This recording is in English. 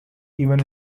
even